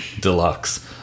deluxe